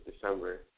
December